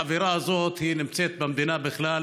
האווירה הזאת נמצאת במדינה בכלל,